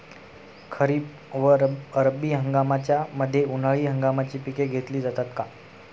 खरीप व रब्बी हंगामाच्या मध्ये उन्हाळी हंगामाची पिके घेतली जातात का?